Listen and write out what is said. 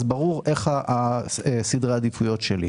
ברור מה סדרי העדיפויות שלי.